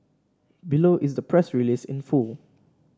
below is the press release in full